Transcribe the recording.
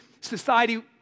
society